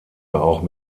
auch